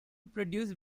produced